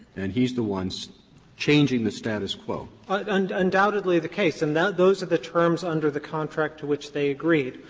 and he's the one so changing the status quo. katyal undoubtedly the case, and those are the terms under the contract to which they agreed.